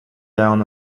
down